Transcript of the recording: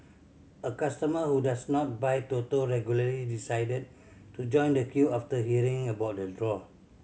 a customer who does not buy Toto regularly decided to join the queue after hearing about the draw